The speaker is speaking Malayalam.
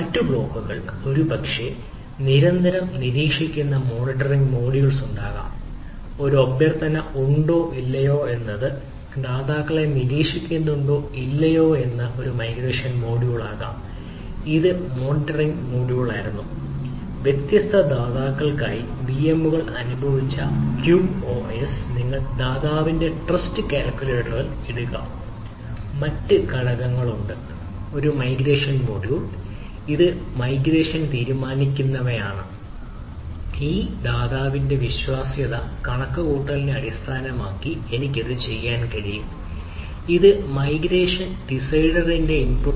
മറ്റ് ബ്ലോക്കുകൾ